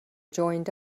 joined